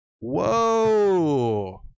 Whoa